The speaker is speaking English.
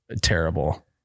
terrible